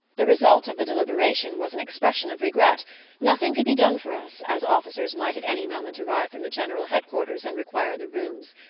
the result of the deliberation, was an expression of regret nothing could be done for us, as officers might at any moment arrive from the general head-quarters and require the rooms.